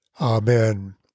Amen